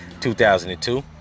2002